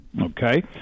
Okay